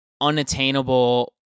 unattainable